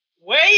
Wait